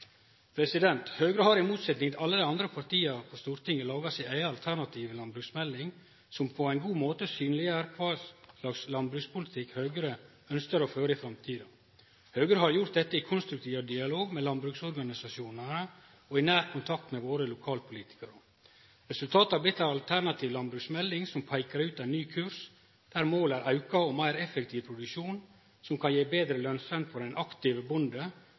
Høgre har i motsetjing til alle dei andre partia på Stortinget laga si eiga alternative landbruksmelding, som på ein god måte synliggjer kva slags landbrukspolitikk Høgre ønskjer å føre i framtida. Høgre har gjort dette i konstruktiv dialog med landbruksorganisasjonane og i nær kontakt med våre lokalpolitikarar. Resultatet er blitt ei alternativ landbruksmelding som peikar ut ein ny kurs, der målet er auka og meir effektiv produksjon som kan gje betre lønsemd for den aktive